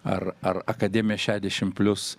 ar ar akademiją šešiasdešimt plius